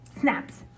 snaps